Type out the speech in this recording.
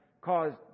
caused